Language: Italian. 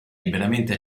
liberamente